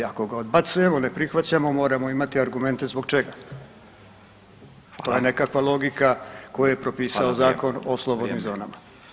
Ako ga odbacujemo, ne prihvaćamo moramo imati argumente zbog čega, to je nekakva logika koju je propisao [[Upadica Radin: Hvala lijepa.]] Zakon o slobodnim zonama